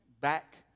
Back